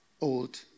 old